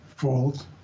fault